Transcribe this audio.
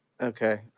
Okay